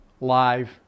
live